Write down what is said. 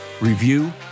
review